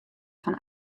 fan